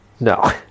No